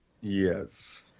Yes